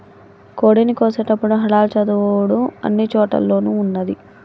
కోడిని కోసేటపుడు హలాల్ చదువుడు అన్ని చోటుల్లోనూ ఉన్నాది